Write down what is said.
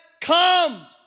Come